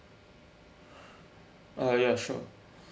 uh ya sure